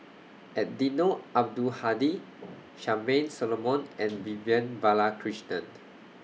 Eddino Abdul Hadi Charmaine Solomon and Vivian Balakrishnan